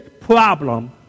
problem